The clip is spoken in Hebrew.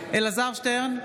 אלעזר שטרן,